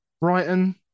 Brighton